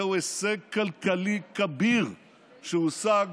זהו הישג כלכלי כביר שהושג